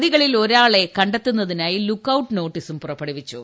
പ്രതികളിൽ ഒരാളെ കണ്ടെത്തുന്നതിനായി ലുക്കൌട്ട് നോട്ടീസും പുറപ്പെടുവിച്ചു